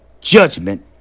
judgment